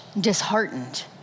disheartened